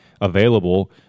available